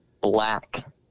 black